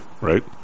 right